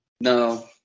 No